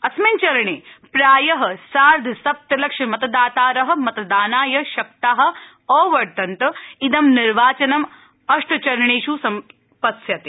अस्मिन् चरणे प्राय सार्धसप्तलक्ष मतदातार मतदानाय शक्ता अवर्तन्त इदं निर्वाचनं अष्टचरणेष् सम्पत्स्यते